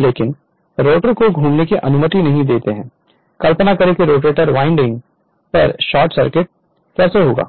लेकिन रोटर को घुमाने की अनुमति नहीं देता है कल्पना करें की रोटर वाइंडिंग पर शॉर्ट सर्किट कैसा होगा